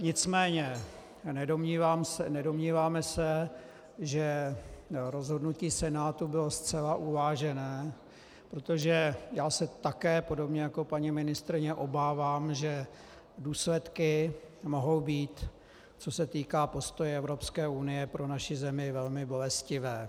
Nicméně se nedomníváme, že rozhodnutí Senátu bylo zcela uvážené, protože se také podobně jako paní ministryně obávám, že důsledky mohou být, co se týká postoje Evropské unie, pro naši zemi velmi bolestivé.